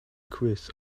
quiz